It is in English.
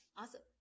Awesome